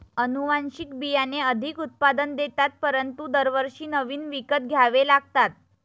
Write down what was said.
अनुवांशिक बियाणे अधिक उत्पादन देतात परंतु दरवर्षी नवीन विकत घ्यावे लागतात